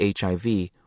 HIV